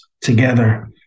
together